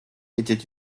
étaient